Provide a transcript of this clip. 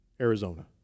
Arizona